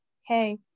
hey